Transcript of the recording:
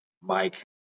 Mike